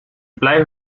blijf